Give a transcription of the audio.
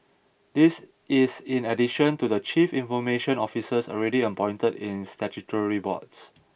this is in addition to the chief information officers already appointed in statutory boards